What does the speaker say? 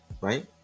right